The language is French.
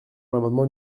l’amendement